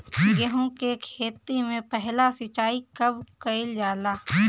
गेहू के खेती मे पहला सिंचाई कब कईल जाला?